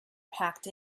packed